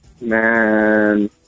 Man